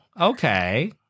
okay